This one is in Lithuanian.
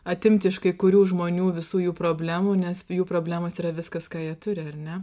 atimti iš kai kurių žmonių visų jų problemų nes jų problemos yra viskas ką jie turi ar ne